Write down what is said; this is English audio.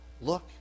Look